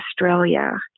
Australia